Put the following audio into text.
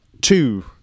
two